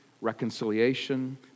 reconciliation